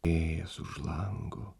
vėjas už lango